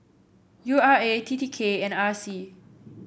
U R A T T K and R C